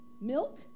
Milk